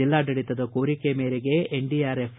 ಜಿಲ್ಲಾಡಳಿತದ ಕೋರಿಕೆ ಮೇರೆಗೆ ಎನ್ಡಿಆರ್ಎಫ್